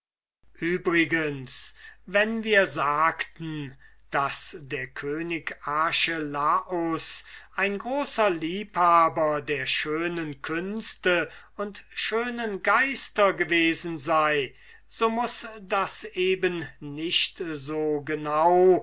übrigens wenn wir sagten daß der könig archelaus ein großer liebhaber der schönen künste und schönen geister gewesen sei so muß das eben nicht so genau